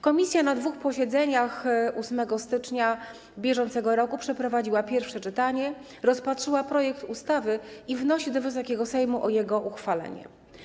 Komisja na dwóch posiedzeniach w dniu 8 stycznia br. przeprowadziła pierwsze czytanie, rozpatrzyła projekt ustawy i wnosi, Wysoki Sejmie, o jego uchwalenie.